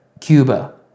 Cuba